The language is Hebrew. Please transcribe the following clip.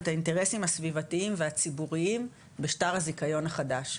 את האינטרסים הסביבתיים והציבוריים בשטר הזיכיון החדש,